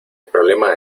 problema